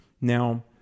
Now